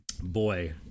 boy